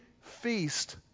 feast